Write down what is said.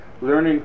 learning